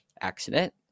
accident